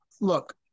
look